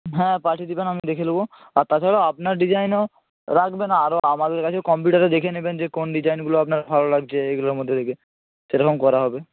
হ্যাঁ পাঠিয়ে দেবেন আমি দেখে নেব আর তাছাড়াও আপনার ডিজাইনও রাখবেন আরও আমাদের কাছেও কম্পিউটারে দেখে নেবেন যে কোন ডিজাইনগুলো আপনার ভালো লাগছে এইগুলোর মধ্যে থেকে সেরকম করা হবে